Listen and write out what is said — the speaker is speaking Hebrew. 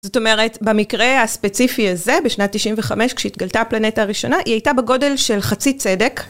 זאת אומרת, במקרה הספציפי הזה, בשנת 95 כשהתגלתה הפלנטה הראשונה, היא הייתה בגודל של חצי צדק.